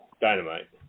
Dynamite